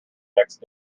next